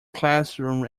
classroom